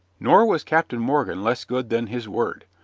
nor was captain morgan less good than his word,